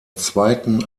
zweiten